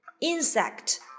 Insect